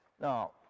Now